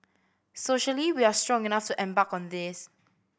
socially we are strong enough to embark on this